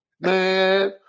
man